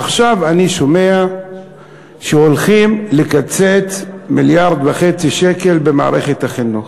עכשיו אני שומע שהולכים לקצץ מיליארד וחצי שקל במערכת החינוך.